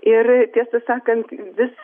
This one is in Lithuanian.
ir tiesą sakant vis